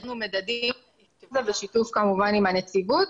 גיבשנו מדדים בשיתוף כמובן עם הנציבות